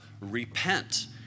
repent